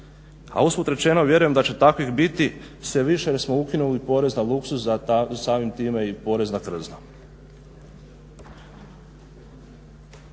a usput rečeno vjerujem da će takvih biti sve više jer smo ukinuli porez na luksuz a samim time i porez na krzno.